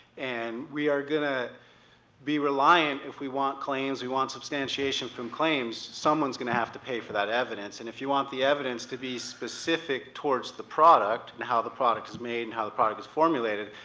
and we are going to be reliant, if we want claims, we want substantiation from claims, someone's going to have to pay for that evidence. and if you want the evidence to be specific towards the product and how the product is made and the product is formulated,